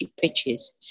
pitches